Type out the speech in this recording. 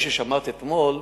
אחרי ששמעת אתמול,